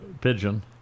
pigeon